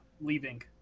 leaving